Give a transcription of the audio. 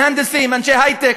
מהנדסים, אנשי היי-טק,